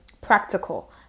practical